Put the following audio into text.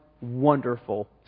wonderful